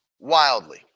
Wildly